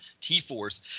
T-Force